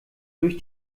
durch